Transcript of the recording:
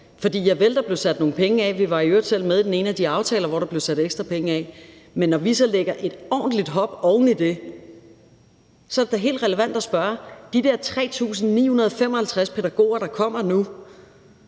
Javel, der blev sat nogle penge af – vi var i øvrigt selv med i den ene af de aftaler, hvor der blev sat ekstra penge af – men når vi så lægger en ordentlig portion oven i det, er det da i forhold til de der 3.955 pædagoger, herunder